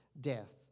death